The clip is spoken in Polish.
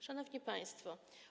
Szanowni Państwo!